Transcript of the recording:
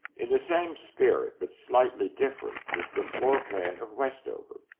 in the same spirit, but slightly different, is the floor plan of westover.